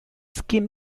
skin